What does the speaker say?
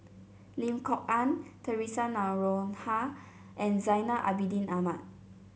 Lim Kok Ann Theresa Noronha and Zainal Abidin Ahmad